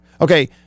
Okay